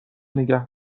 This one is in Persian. نگه